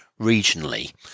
regionally